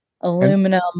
aluminum